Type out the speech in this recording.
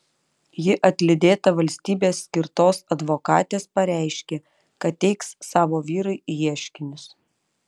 ji atlydėta valstybės skirtos advokatės pareiškė kad teiks savo vyrui ieškinius